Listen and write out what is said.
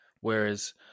Whereas